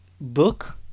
book